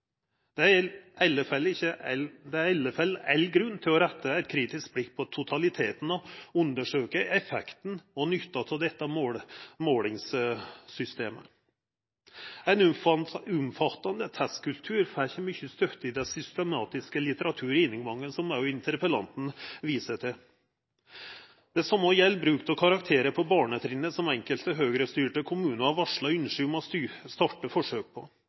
Det er iallfall all grunn til å retta eit kritisk blikk på totaliteten og undersøkja effekten og nytta av dette målingssystemet. Ein omfattande testkultur får ikkje mykje støtte i den systematiske litteraturgjennomgangen som òg representanten viser til. Det same gjeld bruk av karakterar på barnetrinnet, som enkelte Høgre-styrte kommunar varslar ynske om å starta forsøk på.